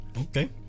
Okay